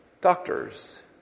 doctors